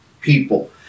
people